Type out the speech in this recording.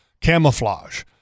camouflage